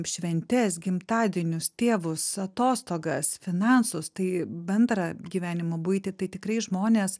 šventes gimtadienius tėvus atostogas finansus tai bendrą gyvenimo buitį tai tikrai žmonės